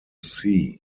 sea